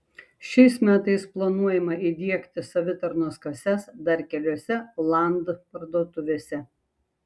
šiais metais planuojama įdiegti savitarnos kasas dar keliose land parduotuvėse